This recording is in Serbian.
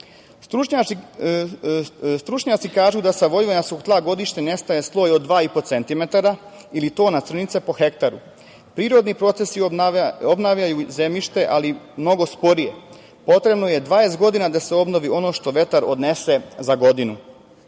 Stručnjaci kažu da sa vojvođanskog tla godišnje nestane sloj od 2,5 cm ili tona crnice po ha. Prirodni procesi obnavljaju zemljište, ali mnogo sporije. Potrebno je 20 godina da se obnovi ono što vetar odnese za godinu.